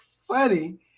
funny